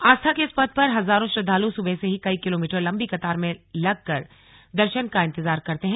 आस्था के इस पथ पर हजारों श्रद्वालु सुबह से ही कई किलोमीटर लंबी कतार में लगकर दर्शन का इंतजार करते हैं